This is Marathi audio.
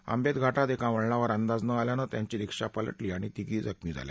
आंबेत घाटात एका वळणावर अंदाज न आल्यानं त्यांची रिक्षा पलटली आणि तिघीही जखमी झाल्या